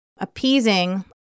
appeasing